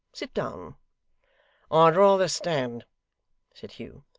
sit down i'd rather stand said hugh.